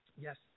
Yes